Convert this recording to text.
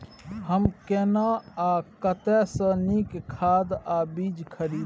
हम केना आ कतय स नीक बीज आ खाद खरीदे?